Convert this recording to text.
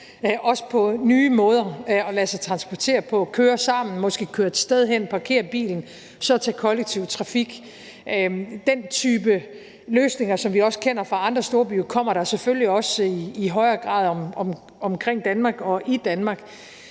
også på nye måder at lade sig transportere på: køre sammen, måske køre til et sted, parkere bilen og så tage den kollektive trafik. Den type løsninger, som vi også kender fra andre storbyer, kommer der selvfølgelig også i højere grad omkring Danmark og i Danmark.